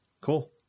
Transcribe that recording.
Cool